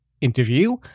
interview